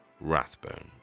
Rathbone